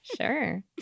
sure